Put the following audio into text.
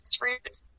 fruits